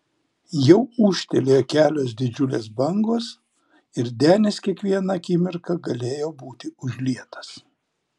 jau ūžtelėjo kelios didžiulės bangos ir denis kiekvieną akimirką galėjo būti užlietas